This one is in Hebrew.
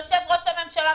יושב גם ראש הממשלה,